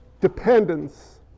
dependence